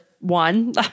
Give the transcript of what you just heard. one